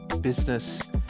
business